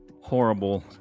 horrible